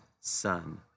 son